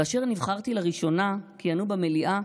כאשר נבחרתי לראשונה, כיהנו במליאה